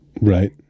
Right